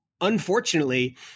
unfortunately